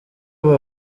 ubu